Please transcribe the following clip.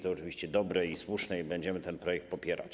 To oczywiście dobre i słuszne i będziemy ten projekt popierać.